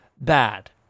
bad